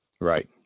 right